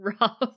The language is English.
rough